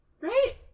Right